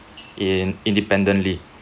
in independently